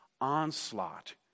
onslaught